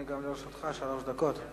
לרשותך, שלוש דקות.